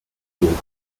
through